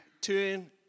turn